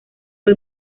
fue